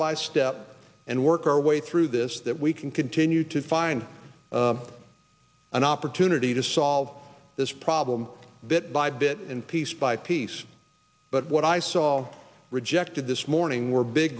by step and work our way through this that we can continue to find an opportunity to solve this problem bit by bit and piece by piece but what i saw all rejected this morning were big